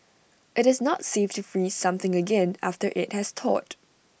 IT is not safe to freeze something again after IT has thawed